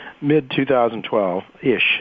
Mid-2012-ish